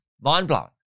Mind-blowing